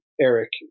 Eric